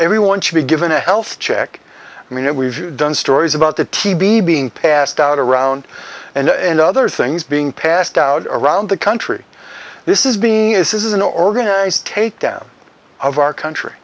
everyone should be given a health check i mean we've done stories about the tb being passed out around and other things being passed out around the country this is being is this is an organized takedown of our country